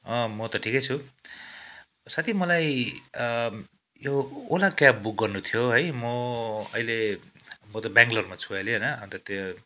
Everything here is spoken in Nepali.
अँ म त ठिकै छु साथी मलाई यो ओला क्याब बुक गर्नु थियो है म अहिले म त बेङ्गलोरमा छु अहिले होइन अन्त त्यो